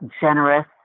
generous